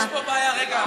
יש פה בעיה, רגע.